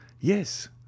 yes